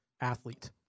athlete